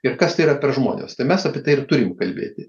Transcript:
ir kas tai yra per žmones tai mes apie tai ir turim kalbėti